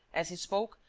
as he spoke,